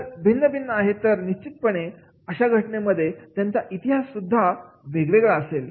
जर हे भिन्न आहेत तर निश्चितपणे अशा घटनांमध्ये त्यांचा इतिहास सुद्धा वेगळा असेल